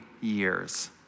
years